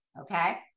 okay